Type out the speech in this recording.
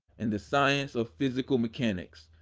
in the science of physical mechanics,